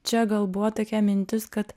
čia gal buvo tokia mintis kad